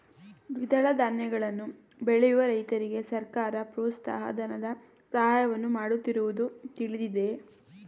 ದ್ವಿದಳ ಧಾನ್ಯಗಳನ್ನು ಬೆಳೆಯುವ ರೈತರಿಗೆ ಸರ್ಕಾರ ಪ್ರೋತ್ಸಾಹ ಧನದ ಸಹಾಯವನ್ನು ಮಾಡುತ್ತಿರುವುದು ತಿಳಿದಿದೆಯೇ?